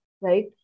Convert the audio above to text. right